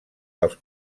dels